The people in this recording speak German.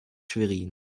schwerin